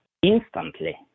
instantly